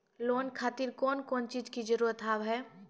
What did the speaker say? Loan के खातिर कौन कौन चीज के जरूरत हाव है?